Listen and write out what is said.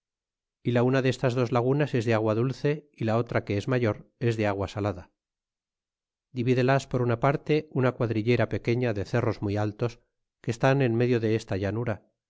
e la una de estas dos lagunas es de agua dulce y la otra que es mayor es de agua salada dividelas por una parte una quadrillera peque fia de cerros muy altos que estan en medio de esta llanura